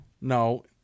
No